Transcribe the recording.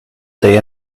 day